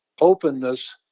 openness